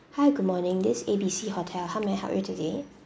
hi good morning this is A B C hotel how may I help you today